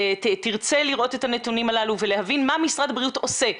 היא תרצה לראות את הנתונים הללו ולהבין מה משרד הבריאות עושה.